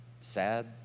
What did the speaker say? sad